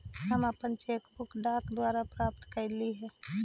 हम अपन cheque book डाक द्वारा प्राप्त कईली हे